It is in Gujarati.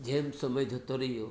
જેમ સમય જતો રહ્યો